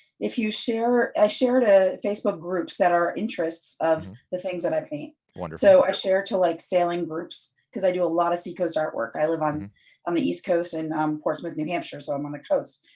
if you share ah share to facebook groups that are interests of the things that i paint. wonderful. so i share to like sailing groups cause i do a lot of seacoast artwork. i live on on the east coast and portsmouth, new hampshire, so i'm on the coast.